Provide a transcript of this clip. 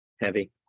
heavy